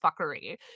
fuckery